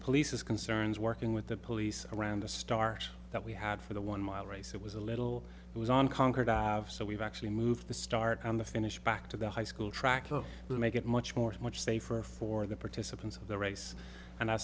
police's concerns working with the police around a star that we had for the one mile race it was a little it was on concord so we've actually moved the start on the finish back to the high school track of to make it much more much safer for the participants of the race and a